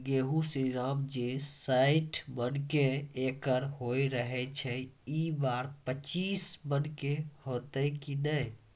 गेहूँ श्रीराम जे सैठ मन के एकरऽ होय रहे ई बार पचीस मन के होते कि नेय?